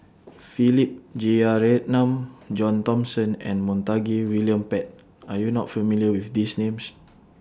Philip Jeyaretnam John Thomson and Montague William Pett Are YOU not familiar with These Names